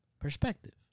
perspective